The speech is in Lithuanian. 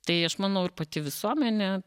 tai aš manau ir pati visuomenė